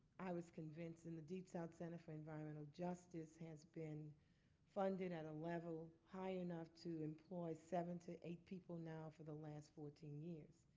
i was convinced. and the deep south center for environmental justice has been funded at a level high enough to employ seven to eight people now for the last fourteen years.